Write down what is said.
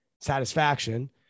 satisfaction